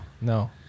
No